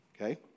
okay